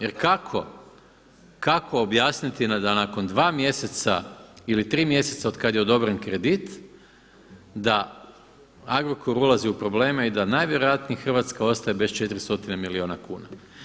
Jer kako objasniti da nakon dva mjeseca ili tri mjeseca od kada je odobren kredit da Agrokor ulazi u probleme i da najvjerojatnije Hrvatska ostaje bez 400 milijuna kuna.